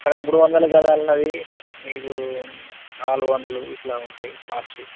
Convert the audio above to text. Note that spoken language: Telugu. ఇక్కడ మూడు వందల గజాలు ఉన్నది మీకు నాలుగు వందలు ఇట్లా ఉంటాయి ఫ్లాట్సు